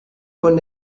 von